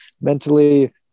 mentally